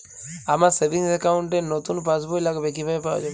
আমার savings account র নতুন পাসবই লাগবে, কিভাবে পাওয়া যাবে?